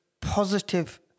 positive